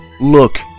Look